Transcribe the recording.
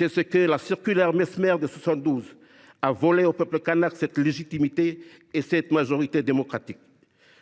induite par la circulaire Messmer de 1972, qui a volé au peuple kanak sa légitimité et sa majorité démocratique ?